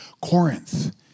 Corinth